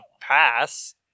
pass